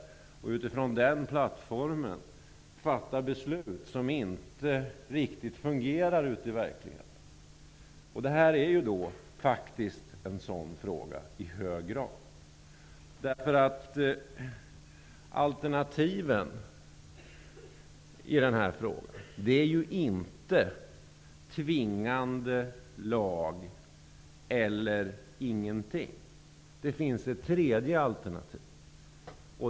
Utifrån den plattformen fattas beslut som inte riktigt fungerar ute i verligheten. Det här är faktiskt i hög grad en sådan fråga. I denna fråga har man faktiskt inte att välja mellan att införa tvingande lag eller att inte göra någonting. Det finns nämligen ett tredje alternativ.